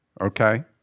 okay